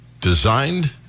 Designed